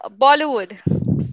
Bollywood